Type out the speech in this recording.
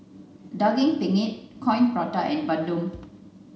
daging penyet coin prata and bandung